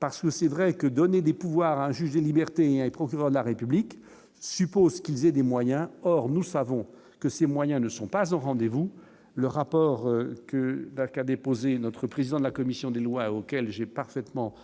parce que c'est vrai que donner des pouvoirs, un juge des libertés, un procureur de la République suppose qu'ils aient des moyens, or nous savons que ces moyens ne sont pas au rendez-vous : le rapport que à déposer notre président de la commission des lois auxquelles j'ai parfaitement